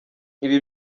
ibi